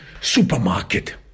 supermarket